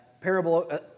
parable